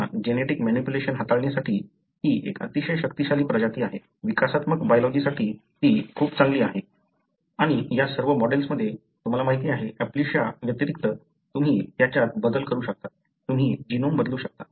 पुन्हा genetic manipulation हाताळणीसाठी ही एक अतिशय शक्तिशाली प्रजाती आहे विकासात्मक बायोलॉजिसाठी ती खूप चांगली आहेत आणि या सर्व मॉडेलमध्ये तुम्हाला माहिती आहे ऍप्लिश्या व्यतिरिक्त तुम्ही त्याच्यात बदल करू शकता तुम्ही जीनोम बदलू शकता